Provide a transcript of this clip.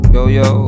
Yo-yo